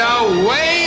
away